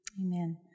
Amen